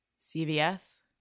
cvs